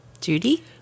Judy